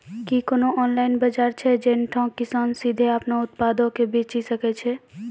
कि कोनो ऑनलाइन बजार छै जैठां किसान सीधे अपनो उत्पादो के बेची सकै छै?